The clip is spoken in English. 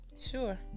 Sure